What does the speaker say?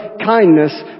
kindness